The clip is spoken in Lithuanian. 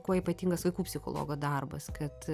kuo ypatingas vaikų psichologo darbas kad